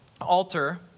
altar